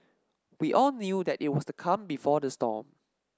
we all knew that it was the calm before the storm